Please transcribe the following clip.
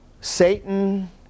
Satan